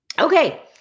okay